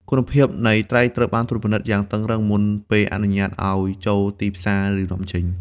គុណភាព នៃត្រីត្រូវបានត្រួតពិនិត្យយ៉ាងតឹងរ៉ឹងមុនពេលអនុញ្ញាតឱ្យចូលទីផ្សារ ឬនាំចេញ។